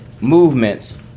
movements